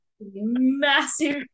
massive